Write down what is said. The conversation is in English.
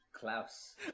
Klaus